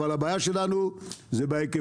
אבל הבעיה שלנו היא בהיקפים.